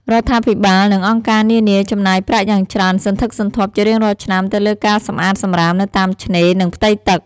រដ្ឋាភិបាល និងអង្គការនានាចំណាយប្រាក់យ៉ាងច្រើនសន្ធឹកសន្ធាប់ជារៀងរាល់ឆ្នាំទៅលើការសម្អាតសំរាមនៅតាមឆ្នេរ និងផ្ទៃទឹក។